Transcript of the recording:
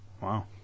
Wow